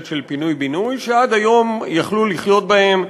פינוי-בינוי שעד היום יכלו לחיות בהם,